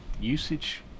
usage